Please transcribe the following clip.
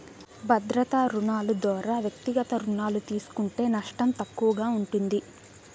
భద్రతా రుణాలు దోరా వ్యక్తిగత రుణాలు తీస్కుంటే నష్టం తక్కువగా ఉంటుంది